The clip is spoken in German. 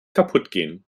kaputtgehen